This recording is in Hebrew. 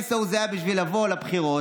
הבייס ההוא היה בשביל לבוא לבחירות,